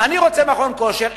אני רוצה מכון כושר.